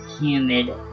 humid